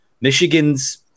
Michigan's